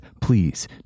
please